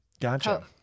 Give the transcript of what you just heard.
Gotcha